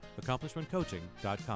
AccomplishmentCoaching.com